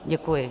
Děkuji.